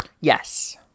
Yes